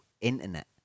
internet